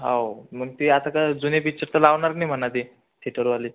हो मग ते आता तर जुने पिच्चर तर लावणार नाही म्हणा ते थेटरवाले